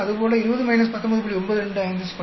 அதுபோல 20 19